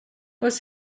was